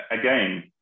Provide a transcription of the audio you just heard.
Again